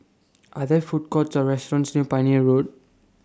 Are There Food Courts Or restaurants near Pioneer Road